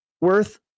worth